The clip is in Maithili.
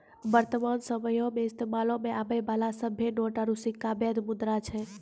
वर्तमान समयो मे इस्तेमालो मे आबै बाला सभ्भे नोट आरू सिक्का बैध मुद्रा छै